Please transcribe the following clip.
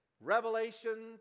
Revelation